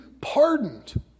pardoned